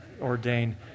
ordained